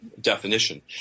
definition